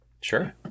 sure